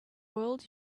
world